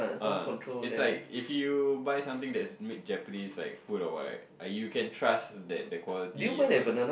uh it's like if you buy something that is made Japanese like food or what right uh you can trust that quality all